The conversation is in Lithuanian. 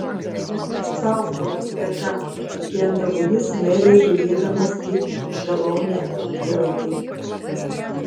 tau kalakute ką kikendavo jis meiliai žiūrėdamas į galaunę dviratį